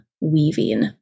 weaving